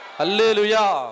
hallelujah